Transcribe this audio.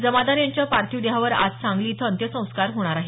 जमादार यांच्या पार्थिव देहावर आज सांगली इथं अंत्यसंस्कार होणार आहेत